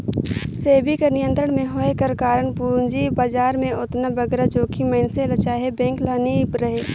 सेबी कर नियंत्रन में होए कर कारन पूंजी बजार में ओतना बगरा जोखिम मइनसे ल चहे बेंक ल नी रहें